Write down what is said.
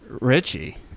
Richie